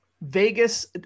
Vegas